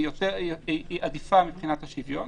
היא עדיפה מבחינת השוויון.